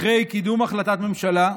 אחרי קידום החלטת ממשלה,